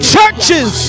churches